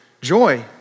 Joy